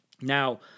Now